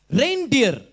reindeer